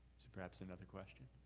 perhaps another question?